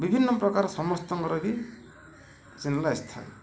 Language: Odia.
ବିଭିନ୍ନ ପ୍ରକାର ସମସ୍ତଙ୍କର ବି ଆସିଥାଏ